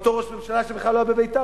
אותו ראש ממשלה שבכלל לא היה בבית"ר?